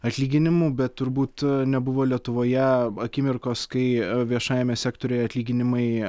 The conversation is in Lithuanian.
atlyginimų bet turbūt nebuvo lietuvoje akimirkos kai viešajame sektoriuje atlyginimai